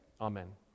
Amen